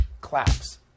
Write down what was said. claps